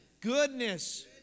goodness